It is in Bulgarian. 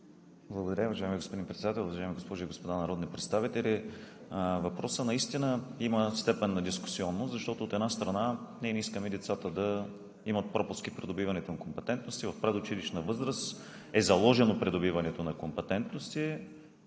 Благодаря. Уважаеми господин Председател, уважаеми госпожи и господа народни представители! Въпросът наистина има степен на дискусионност, защото, от една страна, ние не искаме децата да имат пропуски при придобиването на компетентности. В предучилищна възраст е заложено придобиването на компетентности,